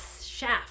shaft